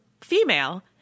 female